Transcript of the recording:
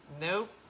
Nope